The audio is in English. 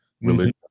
religion